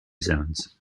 zones